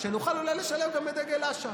שנוכל אולי לשלב גם את דגל אש"ף.